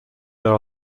there